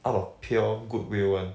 out of pure goodwill one